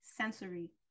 sensory